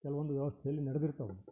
ಕೆಲವೊಂದು ವ್ಯವಸ್ಥೆಯಲ್ಲಿ ನಡ್ದಿರ್ತಾವೆ ರೀ